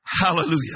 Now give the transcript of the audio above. Hallelujah